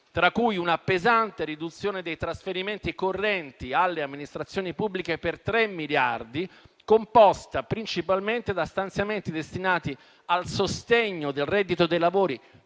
tra cui una pesante riduzione dei trasferimenti correnti alle Amministrazioni pubbliche per tre miliardi, composta principalmente da stanziamenti destinati al sostegno del reddito dei lavoratori